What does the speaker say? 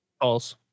False